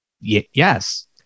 yes